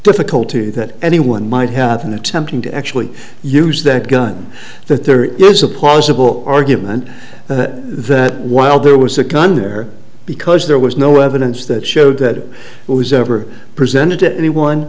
difficulty that anyone might have been attempting to actually use that gun that there is a plausible argument that while there was a gun there because there was no evidence that showed that it was ever presented to anyone